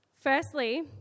Firstly